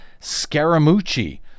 Scaramucci